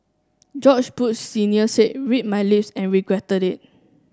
George Bush Senior said read my lips and regretted it